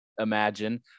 imagine